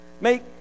make